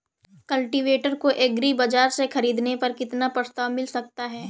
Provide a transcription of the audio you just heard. Cultivator को agri bazaar से ख़रीदने पर कितना प्रस्ताव मिल सकता है?